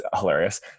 hilarious